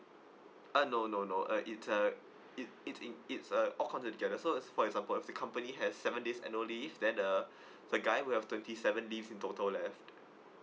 uh no no no uh it's a it it's in it's uh all count together so for example the company has seven days annual leave then uh the guy will have twenty seven leaves in total left